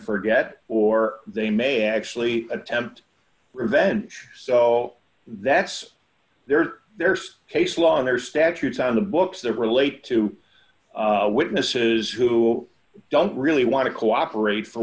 forget or they may actually attempt revenge so that's their there's case law and there are statutes on the books that relate to witnesses who don't really want to cooperate for